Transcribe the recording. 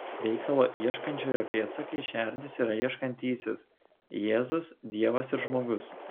veikalo ieškančiojo pėdsakai šerdis yra ieškantysis jėzus dievas ir žmogus